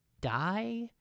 die